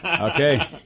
Okay